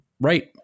right